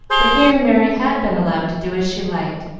for here merry had been allowed to do as she liked,